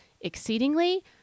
exceedingly